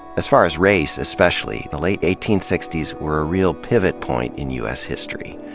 as far as race, especially, the late eighteen sixty s were a real pivot point in u s. history.